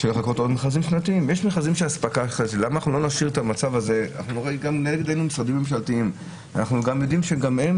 משרדים ממשלתיים אנחנו יודעים שגם הם